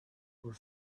were